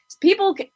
people